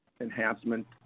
enhancement